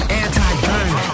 anti-gun